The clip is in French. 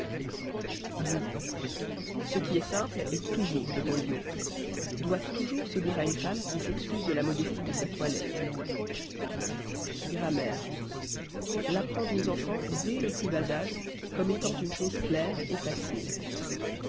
ce qui est simple est toujours de bon goût doit toujours se dire à une femme qui s'excuse de la modestie de sa toilette grammaire l'apprendre aux enfants dès le plus bas âge comme étant une chose claire et facile